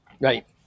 right